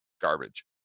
Garbage